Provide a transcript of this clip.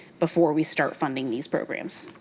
before we start funding these programs.